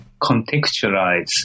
contextualize